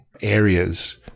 areas